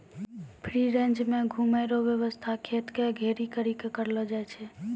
free range मे घुमै रो वेवस्था खेत के घेरी करी के करलो जाय छै